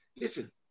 listen